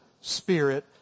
spirit